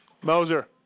Moser